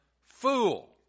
Fool